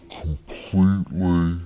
completely